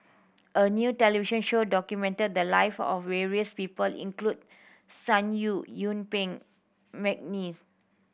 a new television show documented the live of various people including Sun Yee Yuen Peng McNeice